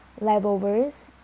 leftovers